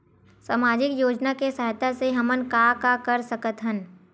सामजिक योजना के सहायता से हमन का का कर सकत हन?